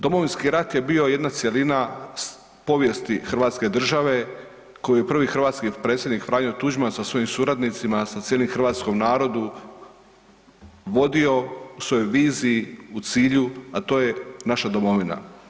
Domovinski rat je bio jedna cjelina povijesti hrvatske države koju je prvi hrvatski predsjednik Franjo Tuđman sa svojim suradnicima, sa cijelim hrvatskom narodu vodio u svojoj viziji u cilju, a to je naša domovina.